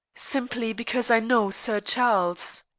simply because i know sir charles.